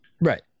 Right